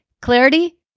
clarity